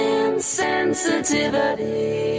insensitivity